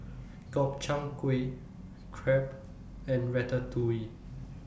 Gobchang Gui Crepe and Ratatouille